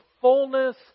fullness